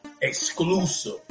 Exclusive